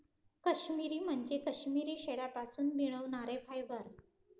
काश्मिरी म्हणजे काश्मिरी शेळ्यांपासून मिळणारे फायबर